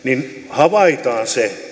havaitaan se